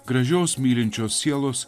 gražios mylinčios sielos